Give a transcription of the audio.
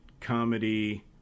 comedy